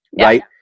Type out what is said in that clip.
right